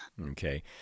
Okay